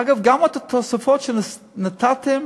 אגב, גם התוספות שנתתם,